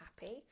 happy